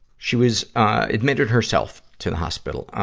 she was, ah, admitted herself, to the hospital.